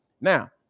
Now